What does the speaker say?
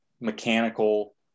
mechanical